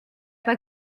pas